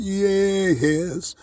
yes